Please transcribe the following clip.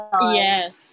Yes